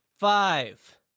Five